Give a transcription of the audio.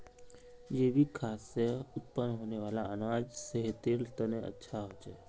जैविक खाद से उत्पन्न होने वाला अनाज सेहतेर तने अच्छा होछे